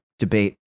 debate